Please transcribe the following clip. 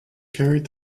carried